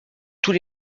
tous